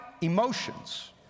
emotions